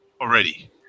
already